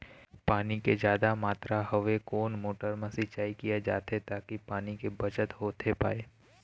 पानी के जादा मात्रा हवे कोन मोटर मा सिचाई किया जाथे ताकि पानी के बचत होथे पाए?